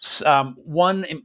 One